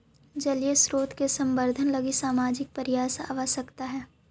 जलीय स्रोत के संवर्धन लगी सामाजिक प्रयास आवश्कता हई